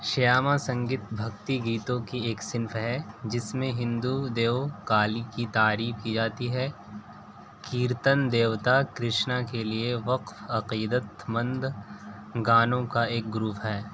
شیاما سنگت بھکتی گیتوں کی ایک صنف ہے جس میں ہندو دیو کالی کی تعریب کی جاتی ہے کیرتن دیوتا کرشنا کے لیے وقف عقیدتمند گانوں کا ایک گروپ ہے